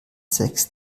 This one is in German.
sechs